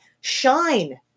Shine